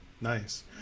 Nice